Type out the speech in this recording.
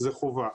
זאת חובה.